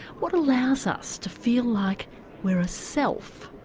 what allows us to feel like we're a self?